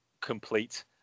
complete